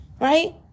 right